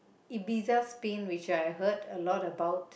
Ibiza Spain which I heard a lot about